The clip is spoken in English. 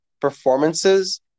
performances